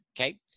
Okay